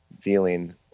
feeling